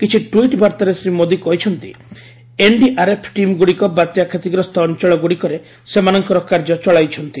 କିଛି ଟ୍ୱିଟ୍ ବାର୍ତ୍ତାରେ ଶ୍ରୀ ମୋଦୀ କହିଛନ୍ତି ଏନ୍ଡିଆର୍ଏଫ୍ ଟିମ୍ଗୁଡ଼ିକ ବାତ୍ୟା କ୍ଷତିଗ୍ରସ୍ତ ଅଞ୍ଚଳଗୁଡ଼ିକରେ ସେମାନଙ୍କର କାର୍ଯ୍ୟ ଚଳାଇଛନ୍ତି